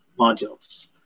modules